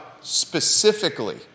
specifically